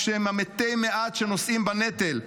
כשהם המתי-מעט שנושאים בנטל.